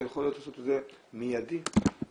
זה יכול להיות מיידי וישים,